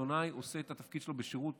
עיתונאי עושה את התפקיד שלו בשירות